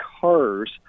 cars